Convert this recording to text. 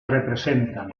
representan